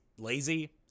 lazy